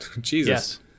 jesus